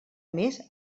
més